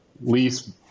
lease